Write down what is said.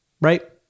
Right